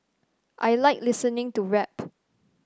I like listening to rap